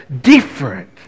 different